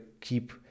keep